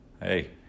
hey